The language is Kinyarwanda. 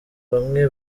bamwe